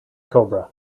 cobra